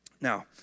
Now